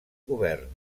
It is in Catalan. govern